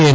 N